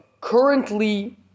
currently